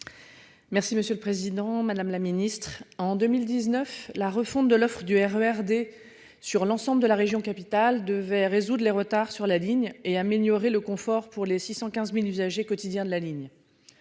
Merci, monsieur le Président Madame la Ministre en 2019, la refonte de l'offre du RER D. Sur l'ensemble de la région capitale devait résoudre les retards sur la ligne et améliorer le confort pour les 615.000 usagers quotidiens de la ligne.